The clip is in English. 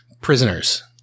prisoners